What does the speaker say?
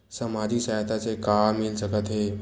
सामाजिक सहायता से का मिल सकत हे?